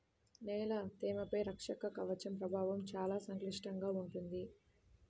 నేల తేమపై రక్షక కవచం ప్రభావం చాలా సంక్లిష్టంగా ఉంటుంది